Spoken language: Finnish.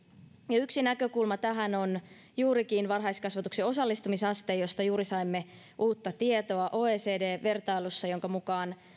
yksi näkökulma tähän on juurikin varhaiskasvatuksen osallistumisaste josta juuri saimme uutta tietoa oecd vertailussa jonka mukaan